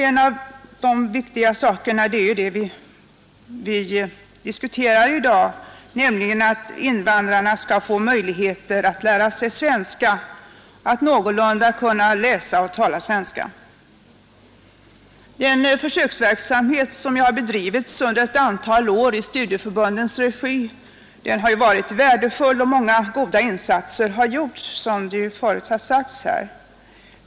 En av de viktiga insatserna är den vi i dag diskuterar, nämligen att invandrarna skall få möjlighet att lära sig svenska, att någorlunda kunna läsa och tala svenska. Den försöksverksamhet som har bedrivits under ett antal år i studieförbundens regi har varit värdefull, och många goda insatser har gjorts, vilket förut har sagts.